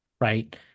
right